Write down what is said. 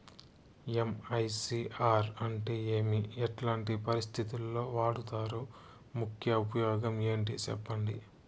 MICR అంటే ఏమి? ఎట్లాంటి పరిస్థితుల్లో వాడుతారు? ముఖ్య ఉపయోగం ఏంటి సెప్పండి?